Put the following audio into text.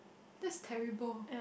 that's terrible